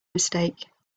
mistake